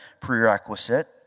prerequisite